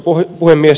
arvoisa puhemies